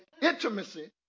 intimacy